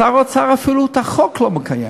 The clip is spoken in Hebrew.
שר האוצר אפילו את החוק לא מקיים.